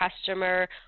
customer